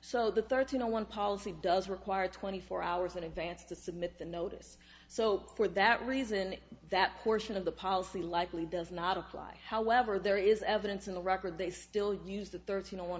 so the thirteen zero one policy does require twenty four hours in advance to submit the notice so for that reason that portion of the policy likely does not apply however there is evidence in the record they still use the thirty no on